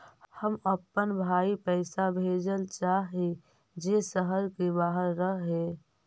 हम अपन भाई पैसा भेजल चाह हीं जे शहर के बाहर रह हे